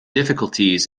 difficulties